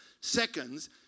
seconds